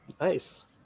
Nice